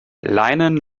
leinen